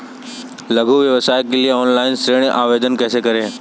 लघु व्यवसाय के लिए ऑनलाइन ऋण आवेदन कैसे करें?